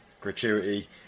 gratuity